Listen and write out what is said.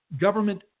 government